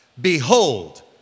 Behold